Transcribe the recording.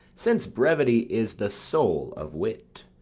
since brevity is the soul of wit,